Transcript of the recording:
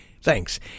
thanks